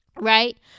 Right